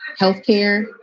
healthcare